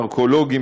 אונקולוגים,